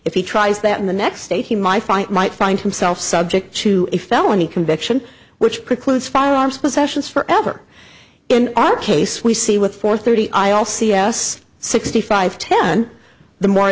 if he tries that in the next state he might fight might find himself subject to a felony conviction which precludes firearms possessions forever in our case we see with four thirty i also yes sixty five ten the more